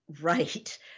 right